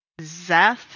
Zeth